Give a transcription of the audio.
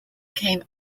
came